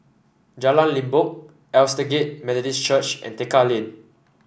Jalan Limbok Aldersgate Methodist Church and Tekka Lane